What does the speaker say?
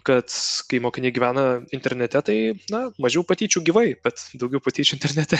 kad kai mokiniai gyvena internete tai na mažiau patyčių gyvai bet daugiau patyčių internete